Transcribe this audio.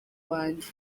wanjye